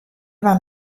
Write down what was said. war